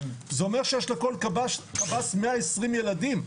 זה אומר שיש לכל קב"ס 120 ילדים,